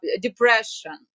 depression